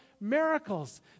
miracles